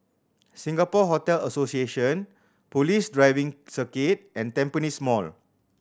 Singapore Hotel Association Police Driving Circuit and Tampines Mall